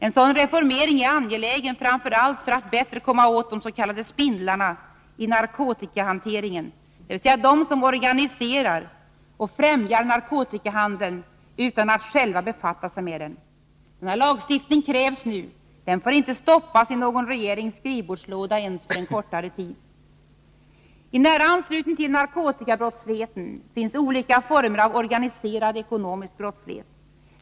En sådan reformering är angelägen — framför allt för att bättre komma åt de s.k. spindlarna i narkotikahanteringen, dvs. de som organiserar och främjar narkotikahandeln utan att själva befatta sig med den. Denna lagstiftning krävs nu — den får inte stoppas i någon regeringens skrivbordslåda ens för en kortare tid. I nära anslutning till narkotikabrottsligheten finns olika former av organiserad ekonomisk brottslighet.